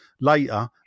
later